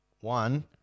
One